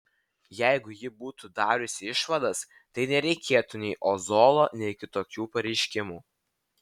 jeigu ji būtų dariusi išvadas tai nereikėtų nei ozolo nei kitokių pareiškimų